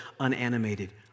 unanimated